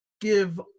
give